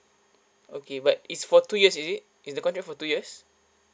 okay but is for two years is it is the contract for two years